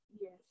Yes